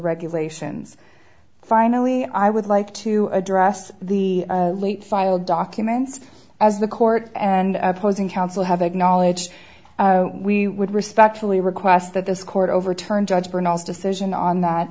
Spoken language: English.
regulations finally i would like to address the late filed documents as the court and opposing counsel have acknowledged we would respectfully request that this court overturned judge pronounce decision on that